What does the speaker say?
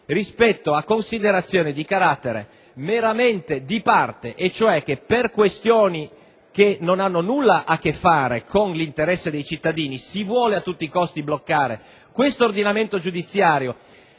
rispetto a considerazioni di carattere meramente di parte per cui per questioni che non hanno nulla a che fare con l'interesse dei cittadini si vuole a tutti i costi bloccare questo ordinamento giudiziario